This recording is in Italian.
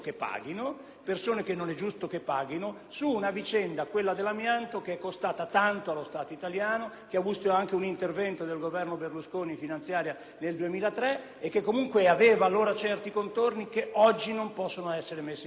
sociale. Non è giusto che costoro paghino, in una vicenda, come quella dell'amianto, che è costata tanto allo Stato italiano, ha visto anche un intervento del Governo Berlusconi nella legge finanziaria del 2003 e comunque allora aveva certi contorni che oggi non possono essere messi in discussione.